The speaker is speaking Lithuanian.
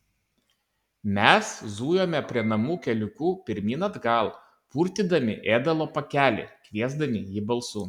mes zujome prie namų keliuku pirmyn atgal purtydami ėdalo pakelį kviesdami jį balsu